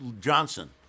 johnson